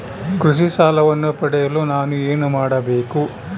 ಕೃಷಿ ಸಾಲವನ್ನು ಪಡೆಯಲು ನಾನು ಏನು ಮಾಡಬೇಕು?